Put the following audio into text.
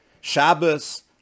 shabbos